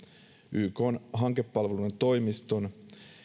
ykn hankepalveluiden toimiston